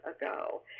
ago